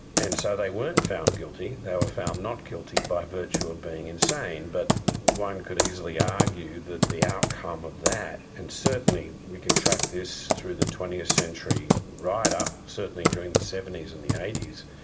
and so they weren't found guilty, they were found not guilty by virtue of being insane. but one could easily argue that the outcome of that, and certainly we can track this through the twentieth century right up, certainly, during the seventies and the eighties,